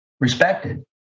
respected